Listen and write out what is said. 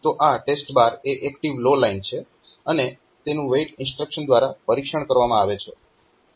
તો આ TEST એ એક એક્ટીવ લો લાઇન છે અને તેનું WAIT ઇન્સ્ટ્રક્શન દ્વારા પરીક્ષણ કરવામાં આવે છે